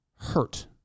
Hurt